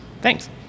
Thanks